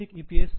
S